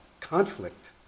conflict